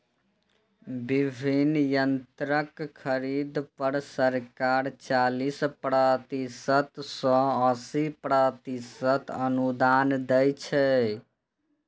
विभिन्न यंत्रक खरीद पर सरकार चालीस प्रतिशत सं अस्सी प्रतिशत अनुदान दै छै